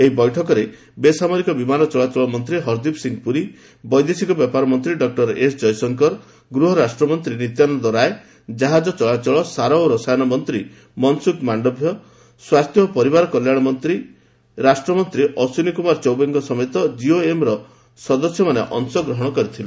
ଏହି ବୈଠକରେ ବେସାମରିକ ବିମାନ ଚଳାଚଳ ମନ୍ତ୍ରୀ ଶ୍ରୀ ହରଦୀପ ସିଂ ପୁରୀ ବୈଦେଶିକ ବ୍ୟାପାର ମନ୍ତ୍ରୀ ଡ ଏସ ଜୟଶଙ୍କର ଗୂହ ରାଷ୍ଟ୍ର ମନ୍ତ୍ରୀ ଶ୍ରୀ ନିତ୍ୟାନନ୍ଦ ରାୟ କାହାଜ ଚଳାଚଳ ସାରା ଓ ରସାୟନ ରାଷ୍ଟ୍ରମନ୍ତ୍ରୀ ଶ୍ରୀ ମନସୁଖ ମାଣ୍ଡଭ୍ୟ ସ୍ଟାସ୍ଥ୍ୟ ଏବଂ ପରିବାର କଲ୍ୟାଣ ରାଷ୍ଟ୍ରମନ୍ତ୍ରୀ ଶ୍ରୀ ଅଶ୍ଚିନୀ କୁମାର ଚୌବେଙ୍କ ସମେତ ଜିଓଏମର ସଦସ୍ୟମାନେ ଅଂଶଗ୍ରହଣ କରିଥିଲେ